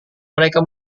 mereka